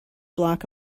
block